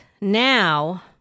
Now